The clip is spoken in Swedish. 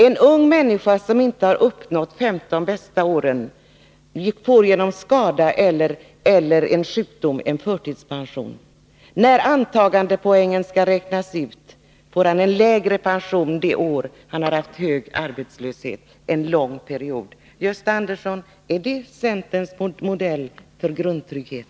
En ung människa som inte har arbetat en tid 105 motsvarande de 15 bästa åren får genom skada eller sjukdom förtidspension. När antagandepoängen skall räknas ut får han eller hon en lägre pensionspoäng för det år då hon har varit arbetslös en lång period. Gösta Andersson! Är det centerns modell för grundtrygghet?